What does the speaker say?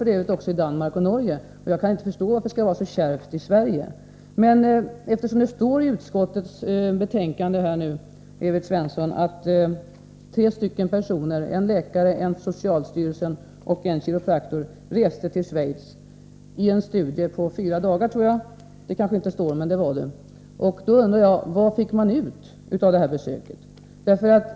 ö. även i Danmark och Norge. Jag kan inte förstå varför det skall vara så kärvt i Sverige. Eftersom det står i utskottsbetänkandet, Evert Svensson, att tre personer — en läkare, en representant för socialstyrelsen och en kiropraktor — gjorde en studieresa till Schweiz på fyra dagar — det kanske inte står, men det var det — undrar jag: Vad fick man ut av det besöket?